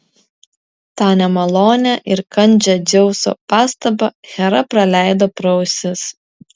tą nemalonią ir kandžią dzeuso pastabą hera praleido pro ausis